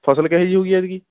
ਫਸਲ ਕਿਹੋ ਜਿਹੀ ਹੋ ਗਈ ਐਤਕੀ